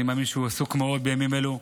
אני מאמין שהוא עסוק מאוד בימים אלה,